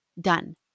Done